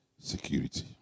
security